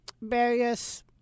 various